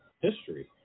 history